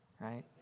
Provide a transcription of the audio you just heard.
right